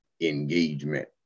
engagement